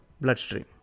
bloodstream